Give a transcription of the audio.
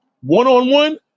One-on-one